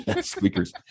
Squeakers